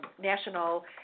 national